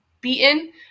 beaten